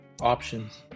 options